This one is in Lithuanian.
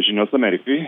žinios amerikai